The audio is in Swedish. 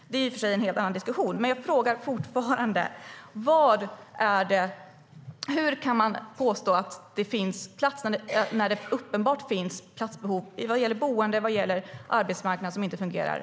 Det är i och för sig en annan diskussion.